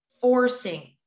forcing